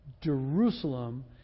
Jerusalem